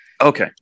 okay